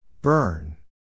Burn